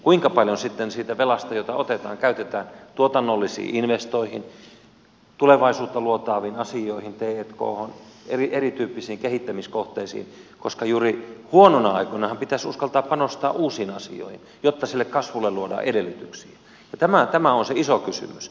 kuinka paljon sitten siitä velasta jota otetaan käytetään tuotannollisiin investointeihin tulevaisuutta luotaaviin asioihin t khon erityyppisiin kehittämiskohteisiin koska juuri huonoina aikoinahan pitäisi uskaltaa panostaa uusiin asioihin jotta sille kasvulle luodaan edellytyksiä on se iso kysymys